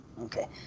Okay